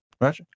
Right